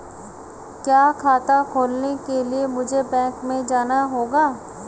क्या खाता खोलने के लिए मुझे बैंक में जाना होगा?